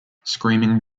screaming